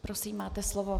Prosím, máte slovo.